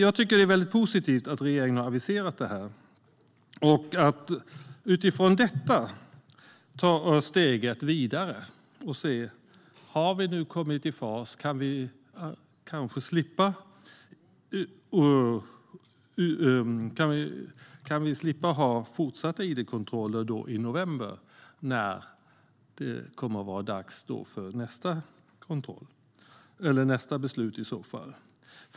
Jag tycker att det är väldigt positivt att regeringen har aviserat det här och att man utifrån detta kan ta steget vidare och se om vi nu har kommit i fas och om vi kan slippa ha fortsatta id-kontroller i november när det kommer att vara dags för nästa beslut.